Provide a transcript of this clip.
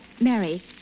Mary